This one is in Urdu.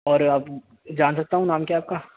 اور اب جان سکتا ہوں نام کیا ہے آپ کا